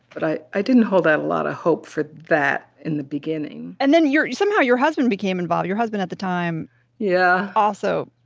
but i i didn't hold out a lot of hope for that in the beginning and then somehow your husband became involved. your husband at the time yeah also